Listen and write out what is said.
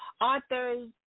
authors